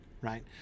right